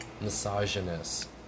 Misogynist